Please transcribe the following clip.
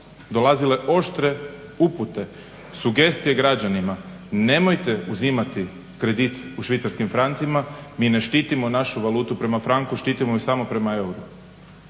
dolazile oštre upute, sugestije građanima nemojte uzimati kredit u švicarskim francima, mi ne štitimo našu valutu prema franku, štitimo je samo prema euru.